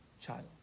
child